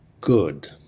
good